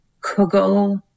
kugel